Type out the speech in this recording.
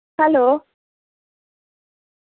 hello